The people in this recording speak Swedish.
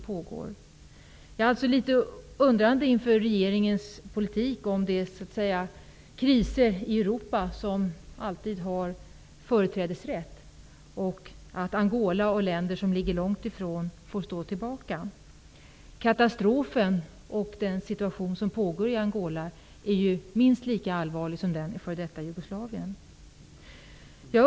Jag är litet undrande över regeringens politik. Är det kriser i Europa som alltid har företrädesrätt medan Angola och länder som ligger långt härifrån får stå tillbaka? Katastrofen och den situation som råder i Angola är ju minst lika allvarlig som den i f.d. Jugoslavien.